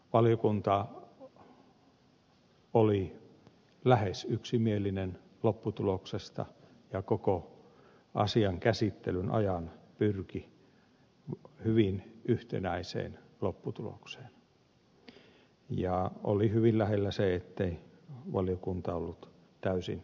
valiokunta oli lähes yksimielinen lopputuloksesta ja koko asian käsittelyn ajan pyrki hyvin yhtenäiseen lopputulokseen ja oli hyvin lähellä se ettei valiokunta ollut täysin yksimielinen